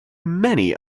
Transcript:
many